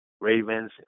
Ravens